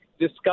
discuss